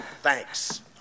Thanks